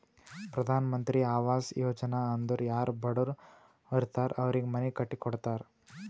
ಪ್ರಧಾನ್ ಮಂತ್ರಿ ಆವಾಸ್ ಯೋಜನಾ ಅಂದುರ್ ಯಾರೂ ಬಡುರ್ ಇರ್ತಾರ್ ಅವ್ರಿಗ ಮನಿ ಕಟ್ಟಿ ಕೊಡ್ತಾರ್